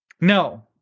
No